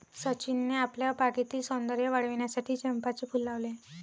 सचिनने आपल्या बागेतील सौंदर्य वाढविण्यासाठी चंपाचे फूल लावले